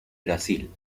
brasil